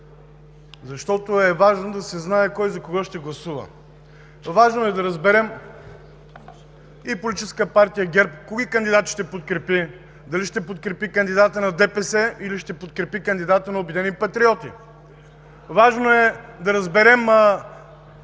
защото е важно да се знае кой за кого ще гласува. Важно е да разберем Политическа партия ГЕРБ кои кандидати ще подкрепи – дали ще подкрепи кандидата на ДПС, или ще подкрепи кандидата на „Обединени патриоти“? Важно е да разберем